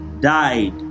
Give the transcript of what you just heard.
died